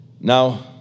Now